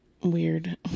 weird